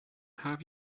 have